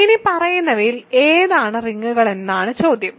ഇനിപ്പറയുന്നവയിൽ ഏതാണ് റിങ്ങുകളെന്ന് ചോദ്യം